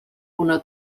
una